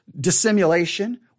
dissimulation